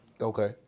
Okay